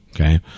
Okay